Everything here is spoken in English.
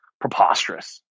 preposterous